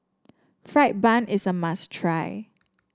fried bun is a must try